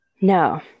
No